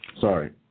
Sorry